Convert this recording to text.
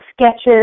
sketches